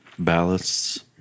Ballasts